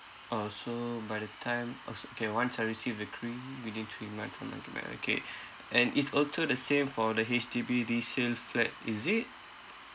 orh so by the time orh s~ okay once I received the cree within three months I must give back okay and it's also the same for the H_D_B resale flat is it